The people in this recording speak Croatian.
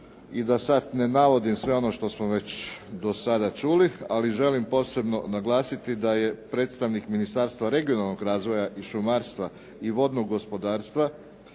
i da sada ne navodim sve ono što smo već do sada čuli, ali želim posebno naglasiti da je predstavnik Ministarstva regionalnog razvoja i šumarstva i vodnog gospodarstva